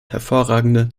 hervorragende